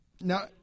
now